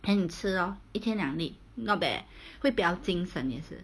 then 你吃咯一天两粒 not bad leh 会比较精神也是